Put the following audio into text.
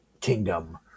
kingdom